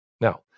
now